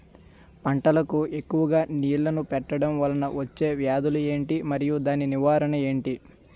పంటలకు ఎక్కువుగా నీళ్లను పెట్టడం వలన వచ్చే వ్యాధులు ఏంటి? మరియు దాని నివారణ ఏంటి?